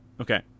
Okay